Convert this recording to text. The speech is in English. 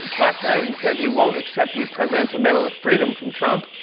last night, he said he won't accept the presidential medal of freedom from trump.